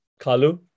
Kalu